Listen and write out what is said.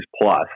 plus